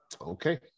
okay